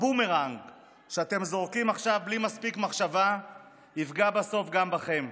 הבומרנג שאתם זורקים עכשיו בלי מספיק מחשבה יפגע בסוף גם בכם.